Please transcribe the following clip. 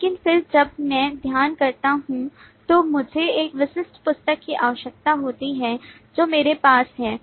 लेकिन फिर जब मैं अध्ययन करता हूं तो मुझे एक विशिष्ट पुस्तक की आवश्यकता होती है जो मेरे पास है